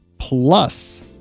plus